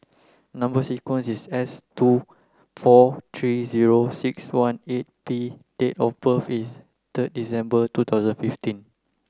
number sequence is S two four three zero six one eight P and date of birth is third December two thousand fifteen